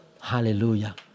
Hallelujah